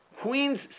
queens